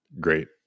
great